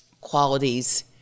qualities